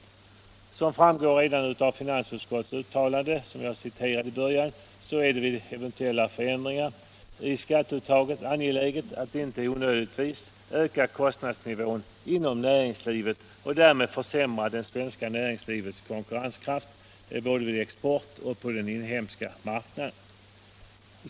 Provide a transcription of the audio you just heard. Såsom framgår redan av finansutskottets uttalande, som jag omnämnde i början av mitt anförande, är det vid eventuella förändringar i skatteuttaget angeläget att inte onödigtvis öka kostnadsnivån inom näringslivet och därmed försämra det svenska näringslivets konkurrenskraft, både vid export och på den inhemska marknaden.